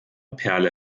perle